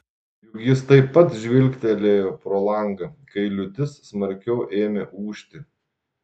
juk jis taip pat žvilgtelėjo pro langą kai liūtis smarkiau ėmė ūžti